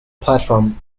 platform